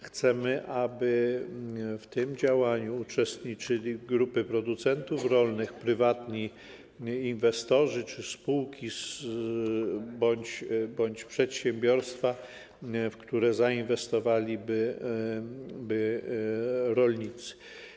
Chcemy, aby w tym działaniu uczestniczyli: grupy producentów rolnych, prywatni inwestorzy czy spółki bądź przedsiębiorstwa, w które zainwestowaliby rolnicy.